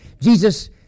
Jesus